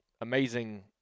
amazing